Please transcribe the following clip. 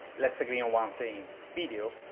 let's agree on one thing video,